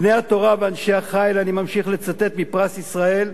בני התורה ואנשי החיל" אני ממשיך לצטט מנימוקי פרס ישראל,